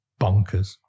bonkers